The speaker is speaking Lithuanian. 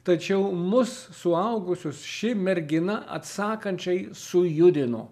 tačiau mus suaugusius ši mergina atsakančiai sujudino